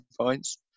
points